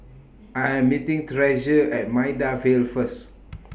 I Am meeting Treasure At Maida Vale First